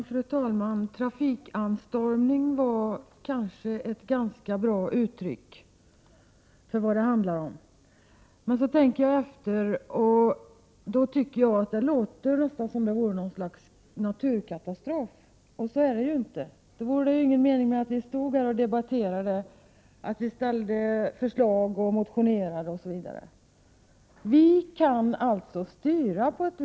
Fru talman! Trafikanstormning var ett ganska bra uttryck för det som det här handlar om. Men när jag tänker efter låter det nästan som om det vore något slags naturkatastrof, men så är det inte. Det vore ingen mening med att vi stod här och debatterade, framställde förslag och motionerade om det vore på det sättet.